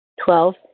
Twelve